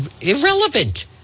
Irrelevant